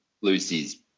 Lucy's